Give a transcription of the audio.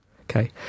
Okay